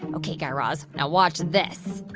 ok, guy raz. now watch this.